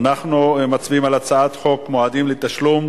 מצביעים על הצעת חוק מועדים לתשלום